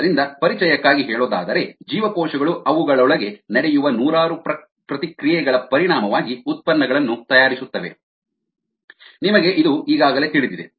ಆದ್ದರಿಂದ ಪರಿಚಯಕ್ಕಾಗಿ ಹೇಳೋದಾದರೆ ಜೀವಕೋಶಗಳು ಅವುಗಳೊಳಗೆ ನಡೆಯುವ ನೂರಾರು ಪ್ರತಿಕ್ರಿಯೆಗಳ ಪರಿಣಾಮವಾಗಿ ಉತ್ಪನ್ನಗಳನ್ನು ತಯಾರಿಸುತ್ತವೆ ನಿಮಗೆ ಇದು ಈಗಾಗಲೇ ತಿಳಿದಿದೆ